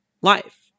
life